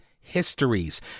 histories